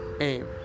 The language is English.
aim